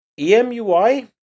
EMUI